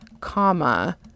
comma